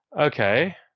Okay